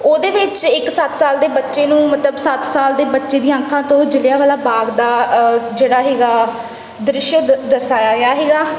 ਉਹਦੇ ਵਿੱਚ ਇੱਕ ਸੱਤ ਸਾਲ ਦੇ ਬੱਚੇ ਨੂੰ ਮਤਲਬ ਸੱਤ ਸਾਲ ਦੇ ਬੱਚੇ ਦੀਆਂ ਅੱਖਾਂ ਤੋਂ ਜਲ੍ਹਿਆਂਵਾਲਾ ਬਾਗ ਦਾ ਜਿਹੜਾ ਸੀਗਾ ਦ੍ਰਿਸ਼ ਦ ਦਰਸਾਇਆ ਗਿਆ ਸੀਗਾ